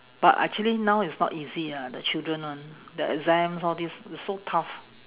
but actually now it's not easy ah the children one the exams all these it's so tough